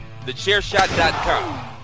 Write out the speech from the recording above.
TheChairShot.com